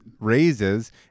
raises